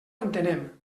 entenem